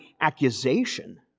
accusation